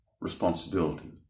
responsibility